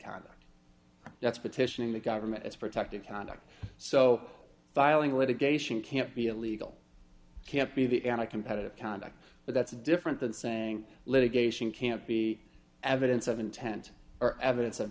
conduct that's petitioning the government it's protected conduct so filing litigation can't be illegal can't be the anti competitive conduct but that's different than saying litigation can't be evidence of intent or evidence of